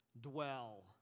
dwell